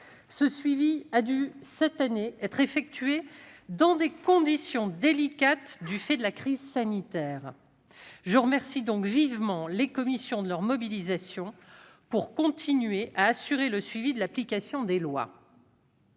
Ce suivi a dû cette année être effectué dans des conditions délicates du fait de la crise sanitaire. Je remercie donc vivement les commissions, qui se sont mobilisées pour continuer à assurer le suivi de l'application des lois.